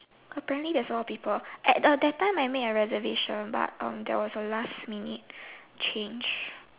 apparently there's a lot of people at that time I made a reservation but there was a last minute change